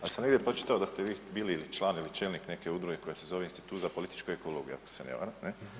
Ali sam negdje pročitao da ste vi bili član ili čelnik neke udruge koja se zove Institut za političku ekologiju, ako se ne varam.